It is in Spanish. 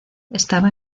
estaba